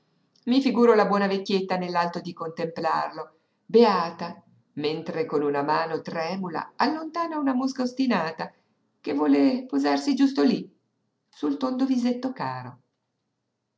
i figuro la buona vecchietta nell'atto di contemplarlo beata mentre con una mano tremula allontana una mosca ostinata che vuol posarsi giusto lí sul tondo visetto caro